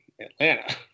atlanta